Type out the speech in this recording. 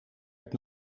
heb